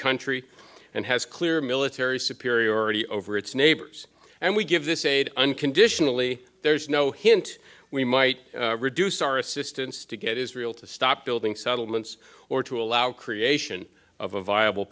country and has clear military superiority over its neighbors and we give this aid unconditionally there's no hint we might reduce our assistance to get israel to stop building settlements or to allow creation of a viable